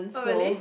oh really